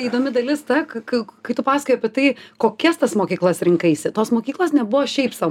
įdomi dalis ta kad kai tu pasakai apie tai kokias tas mokyklas rinkaisi tos mokyklos nebuvo šiaip sau